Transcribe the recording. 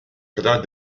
kadar